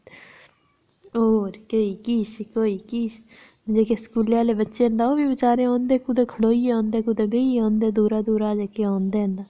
होर किश कोई किश ते जेह्के स्कूलै आह्ले बच्चे तां ओह्बी कुदै बेचारे होंदे कोई खड़ोइयै औंदे कोई बेहियै औंदे न दूरा दूरा जेह्के औंदे न